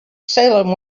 salem